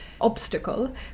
obstacle